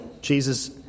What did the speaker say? Jesus